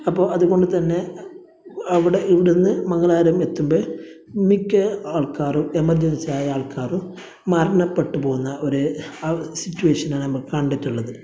അപ്പോൾ അതുകൊണ്ടുതന്നെ അവിടെ ഇവിടെ നിന്ന് മംഗലാപുരം എത്തുമ്പോഴേക്കും മിക്ക ആൾക്കാറും എമർജൻസി ആയ ആൾക്കാറും മരണപ്പെട്ട് പോകുന്ന ഒര് ആ സിറ്റുവേഷനാണ് നമ്മള് കണ്ടിട്ടുള്ളത്